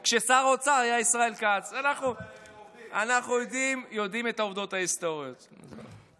אנחנו יודעים לקרוא היטב את ההסכמים הקואליציוניים.